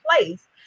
place